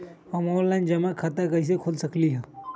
हम ऑनलाइन जमा खाता कईसे खोल सकली ह?